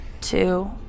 two